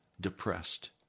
depressed